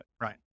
Right